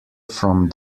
from